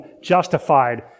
justified